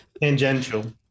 Tangential